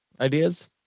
ideas